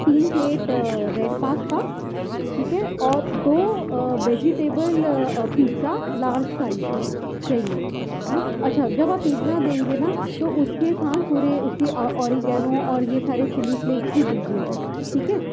تین plate red pasta ٹھیک ہے اور دو ویجیٹیبل پیزا لارج سائز میں چاہیے ہاں اچھا جب آپ پیزا دیں گے نا تو اس کے ساتھ پورے اس کے اوریگینو اور یہ سارے چلی فلیکس بھی دیجیے گا ٹھیک ہے